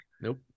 Nope